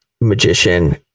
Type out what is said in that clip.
magician